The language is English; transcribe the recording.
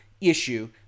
issue